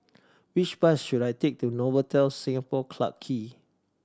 which bus should I take to Novotel Singapore Clarke Quay